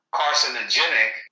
carcinogenic